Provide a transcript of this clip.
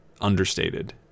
Understated